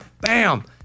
bam